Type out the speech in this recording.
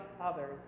others